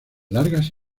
largas